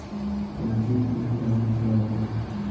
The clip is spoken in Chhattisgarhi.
पूंजी के का मतलब हे?